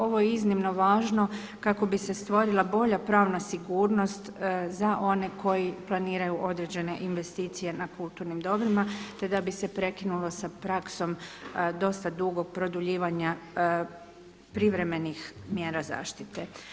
Ovo je iznimno važno kako bi se stvorila bolja pravna sigurnost za one koji planiraju određene investicije na kulturnim dobrima te da bi se prekinulo sa praksom dosta dugog produljivanja privremenih mjera zaštite.